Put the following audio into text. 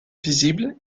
visible